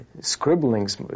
scribblings